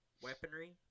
Weaponry